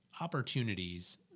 opportunities